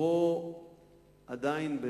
פה עדיין,